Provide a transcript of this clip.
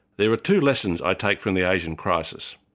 there were two lessons i take from the asian crisis